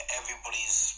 everybody's